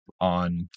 on